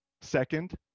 Second